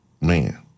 man